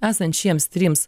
esant šiems trims